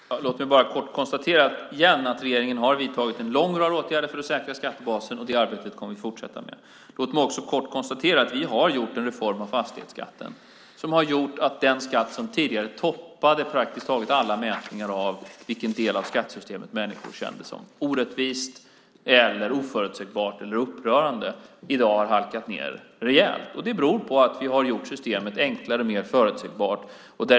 Herr talman! Låt mig bara igen kort konstatera att regeringen har vidtagit en lång rad åtgärder för att säkra skattebasen, och det arbetet kommer vi att fortsätta med. Låt mig också kort konstatera att vi har gjort en reform av fastighetsskatten som har gjort att den skatt som tidigare toppade praktiskt taget alla mätningar när det gäller vilken del av skattesystemet som människor känner är orättvist eller oförutsägbart eller upprörande i dag har halkat ned rejält. Det beror på att vi har gjort systemet enklare och mer förutsägbart.